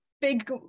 big